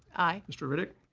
aye. mr. riddick.